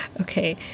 Okay